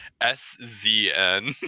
S-Z-N